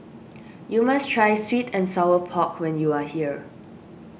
you must try Sweet and Sour Pork when you are here